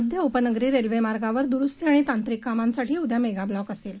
मध्य उपनगरी रेल्वे मार्गावर दुरुस्ती आणि तांत्रिक कामांसाठी उद्या मेगाब्लॉक असेल